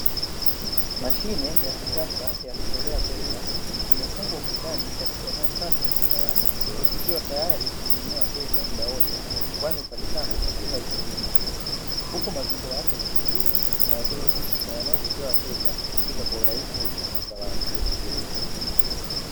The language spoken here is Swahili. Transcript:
Mashine ya kisasa ya kutolea pesa imefungwa ukutani katika eneo safi na salama, ikiwa tayari kuhudumia wateja muda wote kwani hupatikana masaa ishirini na nne. Huku mazingira yake ni tulivu, nadhifu na yanayovutia wateja kufika kwa urahisi na salama.